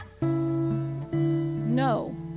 No